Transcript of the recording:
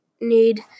need